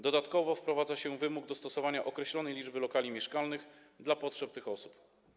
Dodatkowo wprowadza się wymóg dostosowania określonej liczby lokali mieszkalnych na potrzeby tych osób.